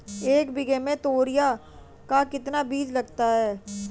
एक बीघा में तोरियां का कितना बीज लगता है?